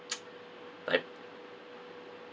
like